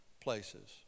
places